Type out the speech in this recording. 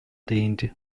değindi